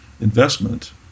investment